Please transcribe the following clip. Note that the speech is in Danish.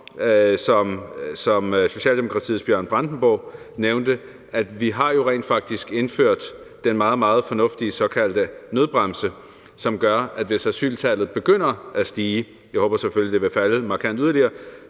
som Socialdemokratiets hr. Bjørn Brandenborg nævnte, at vi jo rent faktisk har indført en meget, meget fornuftig såkaldt nødbremse. Hvis asyltallet begynder at stige – og jeg håber selvfølgelig, at det vil falde markant – og